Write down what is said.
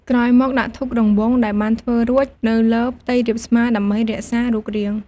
ក្រោយមក ដាក់ធូបរង្វង់ ដែលបានធ្វើរួចនៅលើផ្ទៃរាបស្មើ ដើម្បីរក្សារូបរាង។